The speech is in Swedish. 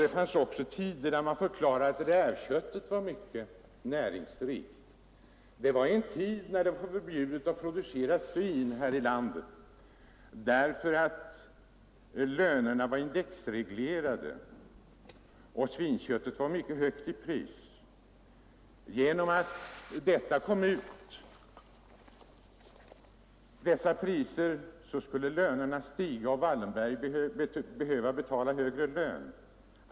Det fanns också tider, när man förklarade att rävkött var näringsrikt. Det var en tid när det var förbjudet att producera svin här i landet, därför att lönerna var indexreglerade och svinköttet var mycket dyrt. Om dessa priser togs ut, skulle lönerna stiga och Wallenberg skulle behöva betala högre löner.